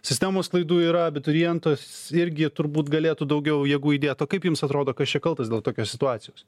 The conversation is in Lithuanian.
sistemos klaidų yra abiturientas irgi turbūt galėtų daugiau jėgų įdėt o kaip jums atrodo kas čia kaltas dėl tokios situacijos